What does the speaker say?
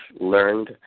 learned